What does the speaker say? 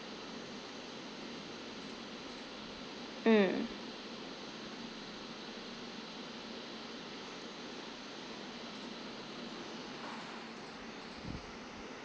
mm